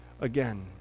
again